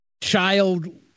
child